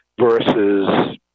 versus